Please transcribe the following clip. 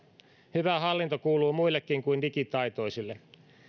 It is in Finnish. hyvä hallinto kuuluu muillekin kuin digitaitoisille